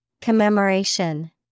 Commemoration